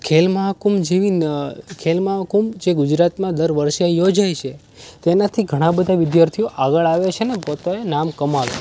ખેલ મહાકુંભ જેવી ખેલ મહાકુંભ જે ગુજરાતમાં દર વર્ષે યોજાય છે તેનાથી ઘણા બધા વિદ્યાર્થીઓ આગળ આવે છે ને પોતે નામ કમાય છે